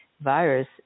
virus